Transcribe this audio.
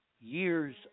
years